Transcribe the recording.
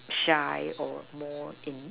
shy or more in